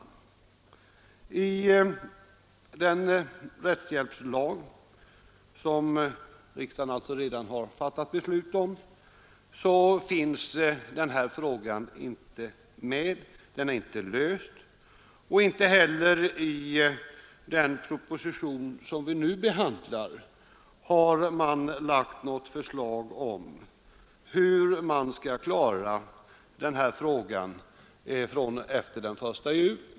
I den rättshjälpslag som riksdagen alltså redan fattat beslut om finns den här frågan inte med — den är inte löst. Inte heller i den proposition som vi nu behandlar har man lagt något förslag om hur man skall klara den här frågan efter den 1 juli.